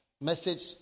message